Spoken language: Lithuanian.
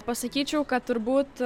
pasakyčiau kad turbūt